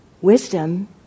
Wisdom